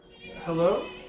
Hello